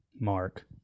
Mark